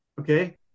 Okay